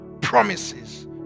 promises